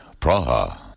Praha